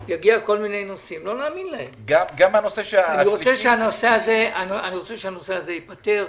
אני רוצה שהנושא הזה ייפתר.